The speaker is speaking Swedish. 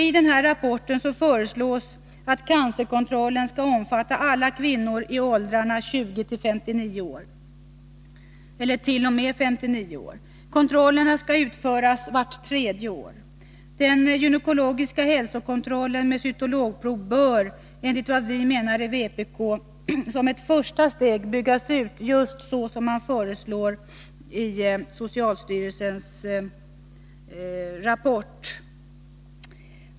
I denna rapport föreslås att cancerkontrollen skall omfatta alla kvinnor i åldrarna 20 t.o.m. 59 år. Kontrollerna skall utföras vart tredje år. Den gynekologiska hälsokontrollen med cytologprov bör enligt vad vi i vpk menar som ett första steg byggas ut så, som socialstyrelsen föreslår i sin rapport.